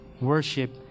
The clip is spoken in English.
Worship